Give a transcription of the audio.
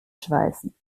schweißen